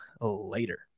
later